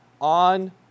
on